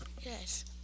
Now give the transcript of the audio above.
Yes